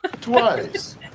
Twice